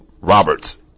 Roberts